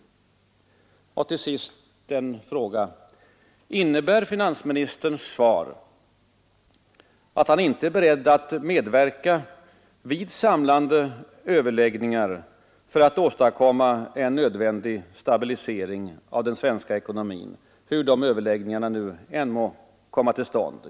Till sist en fråga: Innebär finansministerns svar att han inte är beredd att medverka vid samlande överläggningar för att åstadkomma en nödvändig stabilisering av den svenska ekonomin, hur de överläggningarna än må komma till stånd?